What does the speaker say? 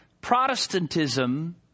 Protestantism